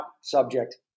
subject